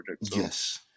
Yes